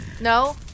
No